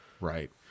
Right